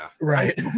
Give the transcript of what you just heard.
right